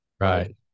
Right